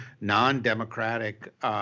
non-democratic